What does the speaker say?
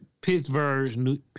Pittsburgh